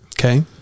Okay